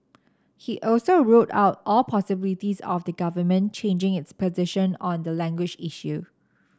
he also ruled out all possibilities of the government changing its position on the language issue